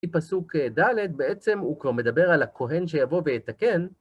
היא פסוק ד' בעצם, הוא כבר מדבר על הכהן שיבוא ויתקן.